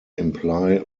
imply